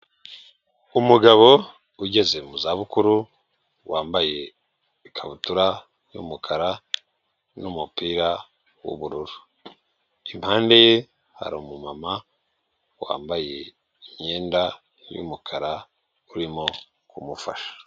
Umugabo ugeze mu za bukuru wambaye ikabutura y'umukara n'umupira w'ubururu impande ye hari umuma wambaye imyenda y'umukara urimo kumufasha.